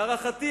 להערכתי,